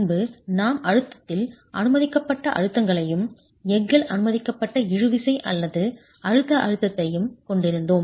முன்பு நாம் அழுத்தத்தில் நெகிழ்வு சுருக்கத்தில் அனுமதிக்கப்பட்ட அழுத்தங்களையும் எஃகில் அனுமதிக்கப்பட்ட இழுவிசை அல்லது அழுத்த அழுத்தத்தையும் கொண்டிருந்தோம்